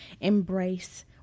embrace